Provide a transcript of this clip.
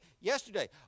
yesterday